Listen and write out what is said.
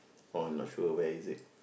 oh not sure where is it